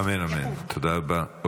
אמן, כן יהי רצון, תודה רבה.